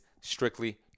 strictly